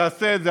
תעשה את זה.